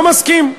לא מסכים,